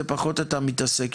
זה פחות אתה מתעסק,